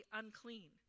unclean